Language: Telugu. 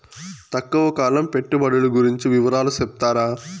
తక్కువ కాలం పెట్టుబడులు గురించి వివరాలు సెప్తారా?